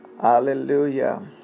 Hallelujah